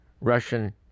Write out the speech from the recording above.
Russian